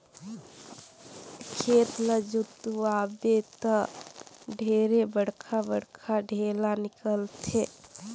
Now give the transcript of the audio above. खेत ल जोतवाबे त ढेरे बड़खा बड़खा ढ़ेला निकलथे